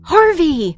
Harvey